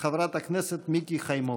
חברת הכנסת מיקי חיימוביץ'.